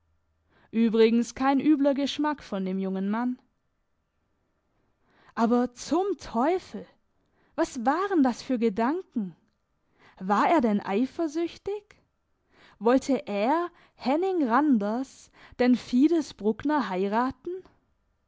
übrigens kein übler geschmack von dem jungen mann aber zum teufel was waren das für gedanken war er denn eifersüchtig wollte er henning randers denn fides bruckner heiraten